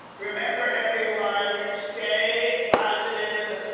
remember, everyone stay positive.